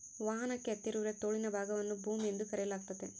ವಾಹನಕ್ಕೆ ಹತ್ತಿರವಿರುವ ತೋಳಿನ ವಿಭಾಗವನ್ನು ಬೂಮ್ ಎಂದು ಕರೆಯಲಾಗ್ತತೆ